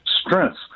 strengths